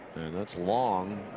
that's long.